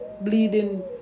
bleeding